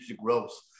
growth